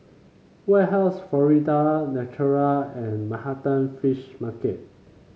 Warehouse Florida Natural and Manhattan Fish Market